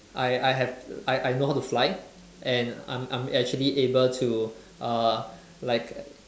I I have I I know how to fly and I'm I'm actually able to uh like